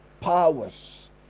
Powers